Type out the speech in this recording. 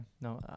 no